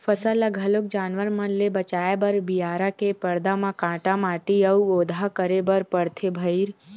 फसल ल घलोक जानवर मन ले बचाए बर बियारा के परदा म काटा माटी अउ ओधा करे बर परथे भइर